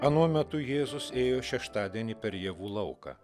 anuo metu jėzus ėjo šeštadienį per javų lauką